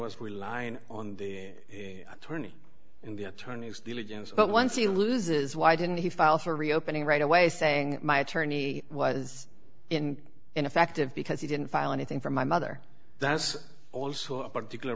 was relying on the attorney and the attorney's diligence but once he loses why didn't he file for reopening right away saying my attorney was in ineffective because he didn't file anything for my mother that's also a particular